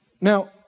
Now